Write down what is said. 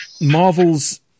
Marvel's